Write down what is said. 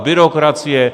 Byrokracie.